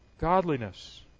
Godliness